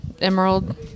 Emerald